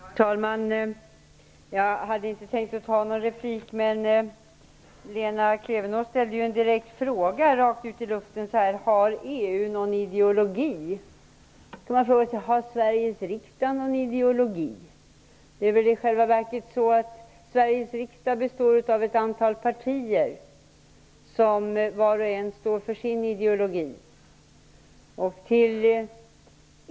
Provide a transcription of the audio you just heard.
Herr talman! Jag hade inte tänkt begära någon replik, men Lena Klevenås ställde ju en direkt fråga rakt ut i luften om EU har någon ideologi. Man kan fråga sig om Sveriges riksdag har någon ideologi. Det är väl i själva verket så att Sveriges riksdag består av ett antal partier som vart och ett står för sin ideologi.